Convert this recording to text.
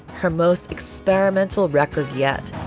her most experimental record yet.